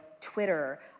Twitter